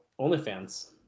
OnlyFans